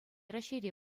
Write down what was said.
раҫҫейре